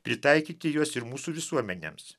pritaikyti juos ir mūsų visuomenėms